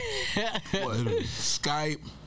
Skype